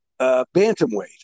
bantamweight